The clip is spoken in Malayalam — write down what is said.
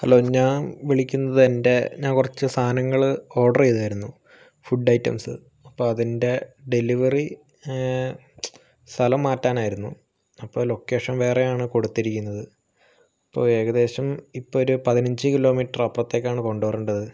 ഹലോ ഞാൻ വിളിക്കുന്നത് എൻ്റെ ഞാൻ കുറച്ചു സാധനങ്ങള് ഓർഡറെയ്തായിരുന്നു ഫൂഡ് ഐറ്റംസ് അപ്പോൾ അതിൻ്റെ ഡെലിവറി സ്ഥലം മാറ്റാനായിരുന്നു അപ്പോൾ ലൊക്കേഷൻ വേറെയാണ് കൊടുത്തിരിക്കുന്നത് ഇപ്പോൾ ഏകദേശം ഇപ്പൊരു പതിനഞ്ച് കിലോ മീറ്റർ അപ്പുറത്തേക്കാണ് കൊണ്ടുവരേണ്ടത്